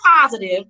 positive